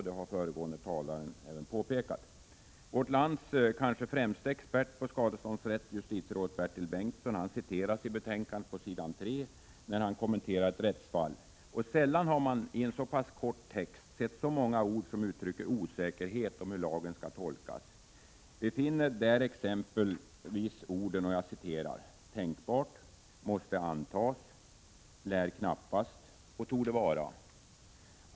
Det har föregående talare påpekat. Vårt lands kanske främste expert på skadeståndsrätt, justitierådet Bertil Bengtsson, citeras i betänkandet på s. 3, där han kommenterar ett rättsfall. Sällan har man i en så pass kort text sett så många ord som uttrycker osäkerhet om hur lagen skall tolkas. Vi finner där t.ex. orden ”tänkbart”, ”måste antas”, ”lär knappast” och ”torde vara”.